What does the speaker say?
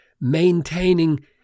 maintaining